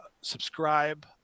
subscribe